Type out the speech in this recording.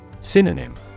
Synonym